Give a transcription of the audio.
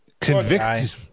convicted